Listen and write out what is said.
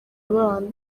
abana